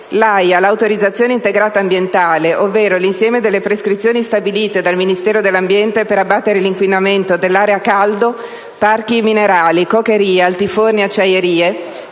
L'AIA, l'autorizzazione integrata ambientale, ovvero l'insieme delle prescrizioni stabilite dal Ministero dell'ambiente per abbattere l'inquinamento dell'area a caldo (parchi minerali, cokerie, altiforni e acciaierie),